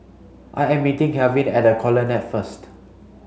I am meeting Kalvin at the Colonnade first